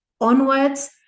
onwards